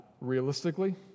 realistically